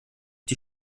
die